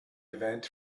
event